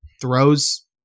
throws